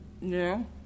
no